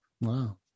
Wow